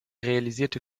realisierte